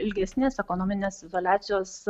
ilgesnės ekonominės izoliacijos